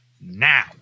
now